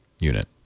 unit